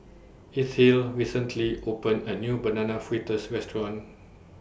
Ethyle recently opened A New Banana Fritters Restaurant